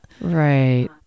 Right